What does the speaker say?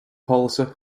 policy